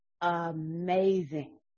amazing